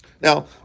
Now